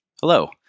Hello